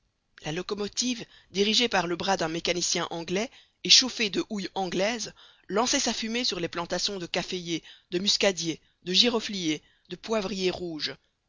la locomotive dirigée par le bras d'un mécanicien anglais et chauffée de houille anglaise lançait sa fumée sur les plantations de caféiers de muscadiers de girofliers de poivriers rouges